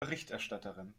berichterstatterin